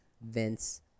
Vince